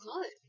good